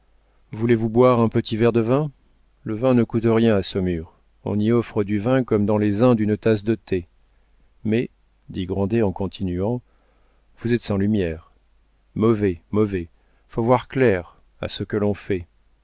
voulez-vous boire un petit verre de vin le vin ne coûte rien à saumur on y offre du vin comme dans les indes une tasse de thé mais dit grandet en continuant vous êtes sans lumière mauvais mauvais faut voir clair à ce que l'on fait